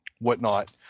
whatnot